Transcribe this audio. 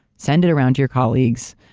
send it around to your colleagues,